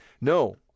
No